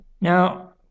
Now